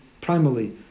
primarily